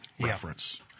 reference